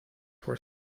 were